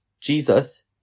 Jesus